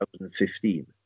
2015